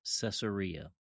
Caesarea